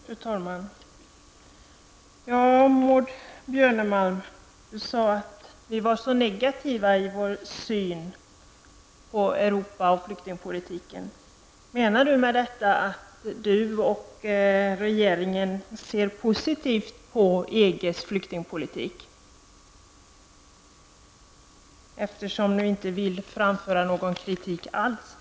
Fru talman! Ja, Maud Björnemalm, du sade att vi var så negativa i vår syn på Europa och flyktingpolitiken. Menar du med detta att du och regeringen ser positivt på EGs flyktingpolitik, eftersom ni inte vill framföra någon kritik alls?